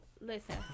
Listen